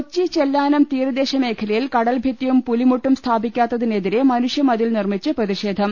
കൊച്ചി ചെല്ലാനം തീരദേശ മേഖലയിൽ കടൽഭിത്തിയും പുലി മൂട്ടും സ്ഥാപിക്കാത്തിനെതിരെ മനുഷ്യമതിൽ നിർമിച്ച് പ്രതിഷേ ധം